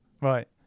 Right